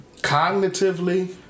cognitively